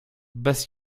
bez